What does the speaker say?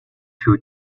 шүү